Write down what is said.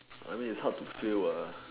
I mean it's hard to fail uh